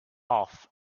off